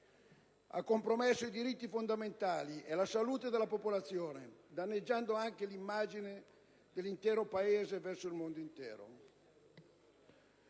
ha compromesso i diritti fondamentali e la salute della popolazione, danneggiando anche l'immagine dell'intero Paese verso il mondo intero,